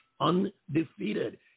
Undefeated